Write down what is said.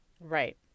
Right